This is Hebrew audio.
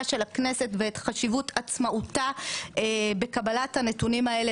של הכנסת וחשיבות עצמאותה בקבלת הנתונים האלה